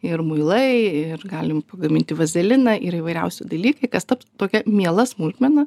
ir muilai ir galim pagaminti vazeliną ir įvairiausių dalykai kas taps tokia miela smulkmena